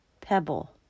pebble